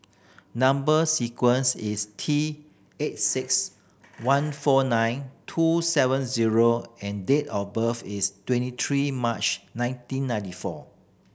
number sequence is T eight six one four nine two seven zero and date of birth is twenty three March nineteen ninety four